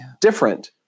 Different